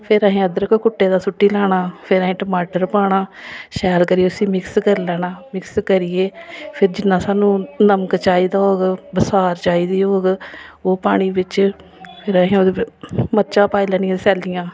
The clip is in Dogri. फिर अहें अदरक कुट्टे दा सुट्टी लैना फिर अहें टमाटर पाना शैल करियै उसी मिक्स करी लैना मिक्स करियै फिर जिन्ना सानू नमक चाहिदा होग बसार चाहिदे होग ओह् पानी बिच्च फिर अहें ओहदे मर्चा पाई लैनियां सैलियां